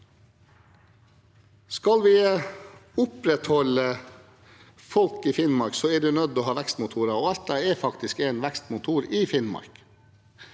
Skal vi opprettholde befolkningen i Finnmark, er en nødt til å ha vekstmotorer, og Alta er faktisk en vekstmotor i Finnmark.